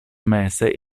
mese